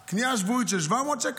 בקנייה שבועית של 700 שקלים,